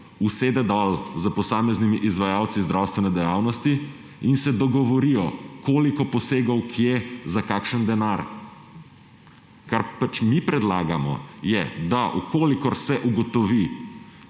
usede dol s posameznimi izvajalci zdravstvene dejavnosti in se dogovorijo, koliko posegov, kje, za kakšen denar. Mi predlagamo, da če se ugotovi